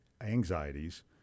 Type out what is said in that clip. anxieties